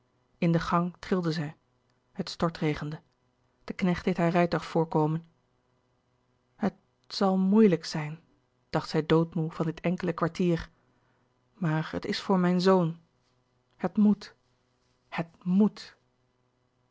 in de gang trilde zij het stortregende de knecht deed haar rijtuig voorkomen het zal moeilijk zijn dacht zij doodmoê van dit enkele kwartier maar het is voor mijn zoon het moet het moet